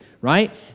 right